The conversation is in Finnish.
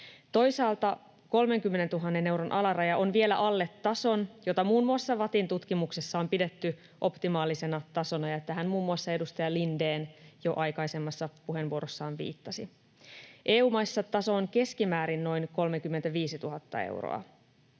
Toisaalta 30 000 euron alaraja on vielä alle tason, jota muun muassa VATTin tutkimuksessa on pidetty optimaalisena tasona, ja tähän muun muassa edustaja Lindén jo aikaisemmassa puheenvuorossaan viittasi. EU-maissa taso on keskimäärin noin 35 000 euroa.